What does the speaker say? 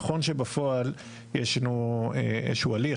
נכון שבפועל יש לנו איזה שהוא הליך,